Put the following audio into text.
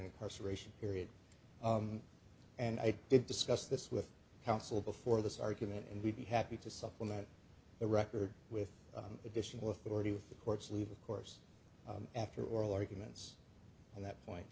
incarceration period and i did discuss this with counsel before this argument and we'd be happy to supplement the record with additional authority with the court's leave of course after oral arguments on that point